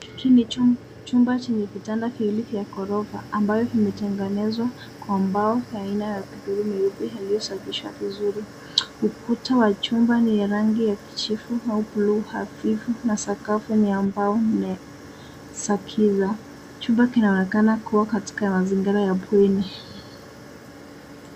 Hiki ni chumba chenye vitanda viwili vya ghorofa ambayo vimetengenezwa kwa mbao aina ya viduro mweupe aliyosafisha vizuri. Ukuta wa chumba ni ya rangi ya kijivu au blue hafifu na sakafu ni ya mbao . Chumba kinaonekana kuwa katika mazingira ya bweni.